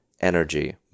energy